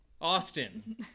austin